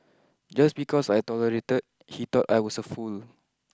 just because I tolerated he thought I was a fool